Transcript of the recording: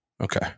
Okay